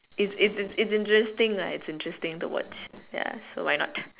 it's it's it's interesting lah it's interesting to watch ya so why not